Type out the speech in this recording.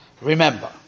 remember